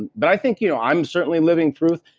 and but i think you know i'm certainly living proof,